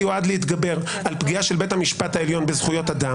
היועץ המשפטי להבהיר לנו מה המשמעות.